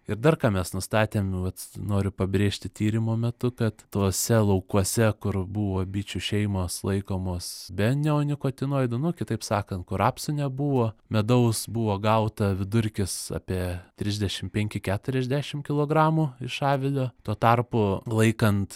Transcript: ir dar ką mes nustatėm vat noriu pabrėžti tyrimo metu tad tuose laukuose kur buvo bičių šeimos laikomos be neonikotinoidų nu kitaip sakant kur rapsų nebuvo medaus buvo gauta vidurkis apie trisdešim penki keturiasdešim kilogramų iš avilio tuo tarpu laikant